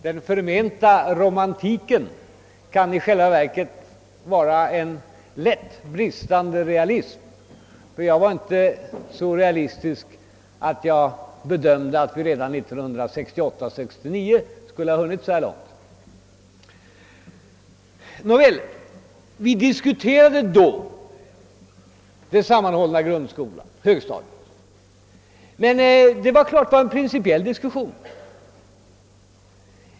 Den förmenta romantiken kan i själva verket vara en lätt brist i realism, ty jag var inte så realistisk att jag bedömde att vi redan 1968/69 skulle ha hunnit så här långt. Nåväl! Vi diskuterade den gången den sammanhållna grundskolan. Men det var en principiell diskussion.